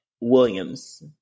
Williams